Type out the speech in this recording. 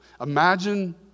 Imagine